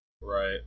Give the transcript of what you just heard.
Right